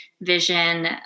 vision